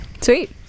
Sweet